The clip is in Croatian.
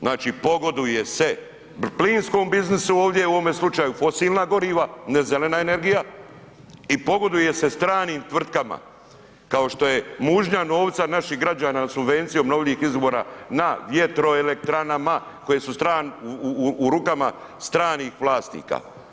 Znači pogoduje se plinskom biznisu ovdje u ovome slučaju fosilna goriva, ne zelena energija i pogoduje se stranim tvrtkama kao što je mužnja novca naših građana subvencijom obnovljivih izvora na vjetroelektranama koje su u rukama stranih vlasnika.